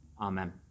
Amen